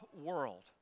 world